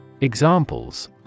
Examples